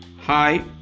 hi